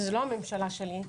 שזה לא הממשלה שלי,